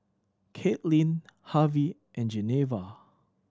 Kaitlynn Harvie and Geneva